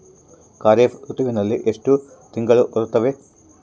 ಖಾರೇಫ್ ಋತುವಿನಲ್ಲಿ ಎಷ್ಟು ತಿಂಗಳು ಬರುತ್ತವೆ?